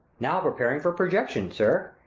now preparing for projection, sir.